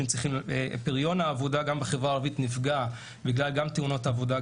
פריון העבודה בחברה הערבית נפגע גם בגלל תאונות עבודה,